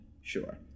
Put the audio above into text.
sure